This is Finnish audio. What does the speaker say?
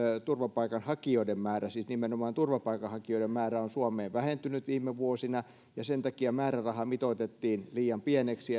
turvapaikanhakijoiden määrä siis nimenomaan turvapaikanhakijoiden määrä on suomessa vähentynyt viime vuosina ja sen takia määräraha mitoitettiin liian pieneksi